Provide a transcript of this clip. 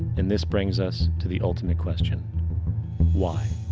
and this brings us to the ultimate question why?